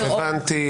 הבנתי.